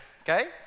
okay